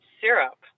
syrup